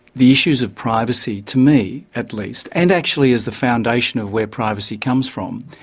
the issues of privacy, to me at least, and actually as the foundation of where privacy comes from,